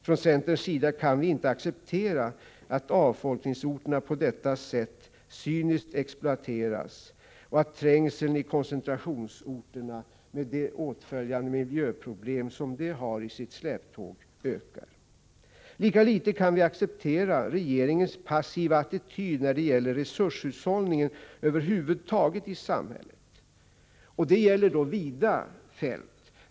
Från centerns sida kan vi inte acceptera att avfolkningsorterna på detta sätt Cyniskt exploateras och att trängseln i koncentrationsorterna med åtföljande miljöproblem i sitt släptåg ökar. Lika litet kan vi acceptera regeringens passiva attityd när det gäller resurshushållningen över huvud taget i samhället. Det gäller vida fält.